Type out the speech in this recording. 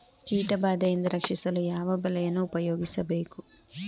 ಕೀಟಬಾದೆಯಿಂದ ರಕ್ಷಿಸಲು ಯಾವ ಬಲೆಯನ್ನು ಉಪಯೋಗಿಸಬೇಕು?